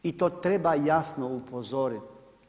I to treba jasno upozoriti.